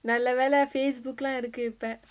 நல்ல வேல:nalla vela Facebook lah இருக்கு இப்ப:irukku ippa